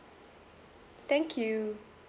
thank you